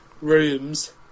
rooms